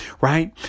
right